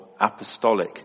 apostolic